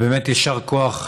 באמת יישר כוח.